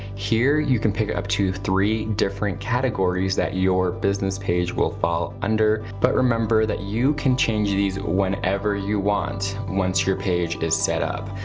here you can pick up to three different categories that your business page will fall under. but remember, that you can change these whenever you want, once you your page is set up.